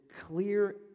clear